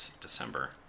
December